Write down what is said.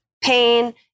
pain